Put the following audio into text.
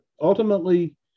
ultimately